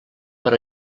per